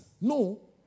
No